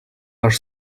are